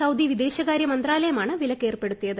Saudi വിദേശകാര്യമന്ത്രാലയമാണ് വിലക്ക് ഏർപ്പെടുത്തിയത്